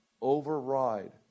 override